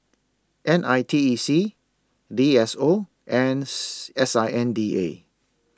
N I T E C D S O and S I N D A